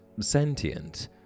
sentient